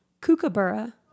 Kookaburra